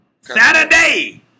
Saturday